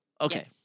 Okay